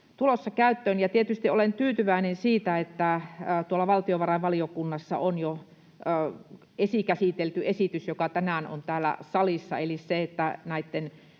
tulossa käyttöön. Tietysti olen tyytyväinen, että tuolla valtiovarainvaliokunnassa on jo esikäsitelty esitys, joka tänään on täällä salissa,